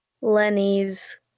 Lenny's